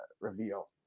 reveal